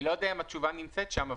אני לא יודע אם התשובה נמצאת שם,